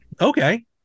okay